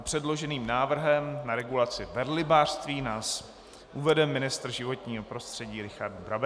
Předloženým návrhem na regulaci velrybářství nás uvede ministr životního prostředí Richard Brabec.